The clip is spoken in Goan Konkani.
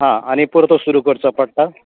हां आनी परतो सुरू करचो पडटा